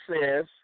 says